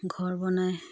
ঘৰ বনাই